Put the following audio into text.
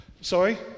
Sorry